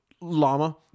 Llama